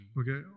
okay